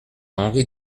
henri